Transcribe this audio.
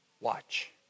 Watch